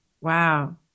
Wow